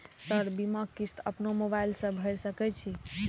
Sir बीमा किस्त अपनो मोबाईल से भर सके छी?